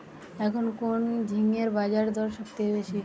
এখন কোন ঝিঙ্গের বাজারদর সবথেকে বেশি?